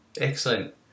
Excellent